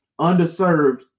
underserved